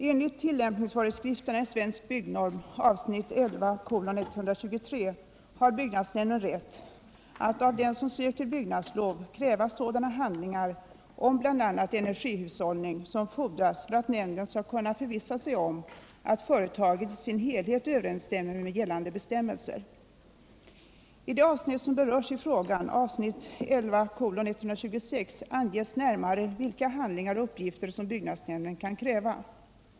Enligt tillämpningsföreskrifterna i Svensk byggnorm avsnitt 11:123 har byggnadsnämnden rätt att av den som söker byggnadslov kräva sådana handlingar om bl.a. energihushållning som fordras för att nämnden skall kunna förvissa sig om att företaget i dess helhet överensstämmer med gällande bestämmelser. I det avsnitt som berörs i frågan — avsnitt 11:126 — anges närmare vilka handlingar och uppgifter som byggnadsnämnden kan kräva.